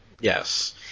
Yes